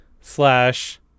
slash